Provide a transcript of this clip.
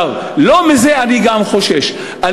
אני גם חושש לא מזה,